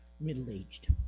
middle-aged